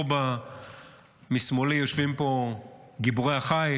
פה משמאלי יושבים גיבורי החיל